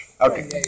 Okay